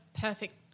perfect